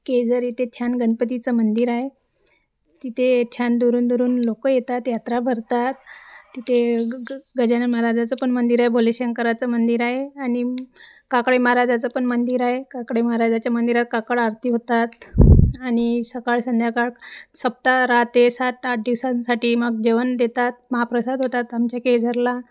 केळझर इथे छान गणपतीचं मंदिर आहे तिथे छान दुरून दुरून लोक येतात यात्रा भरतात तिथे ग गजानन महाराजाचं पण मंदिर आहे भोले शंकराचं मंदिर आहे आणि काकडे महाराजाचं पण मंदिर आहे काकडे महाराजाच्या मंदिरात काकड आरती होतात आणि सकाळ संध्याकाळ सप्ताह राहत ते सात आठ दिवसांसाठी मग जेवण देतात महाप्रसाद होतात आमच्या केळझरला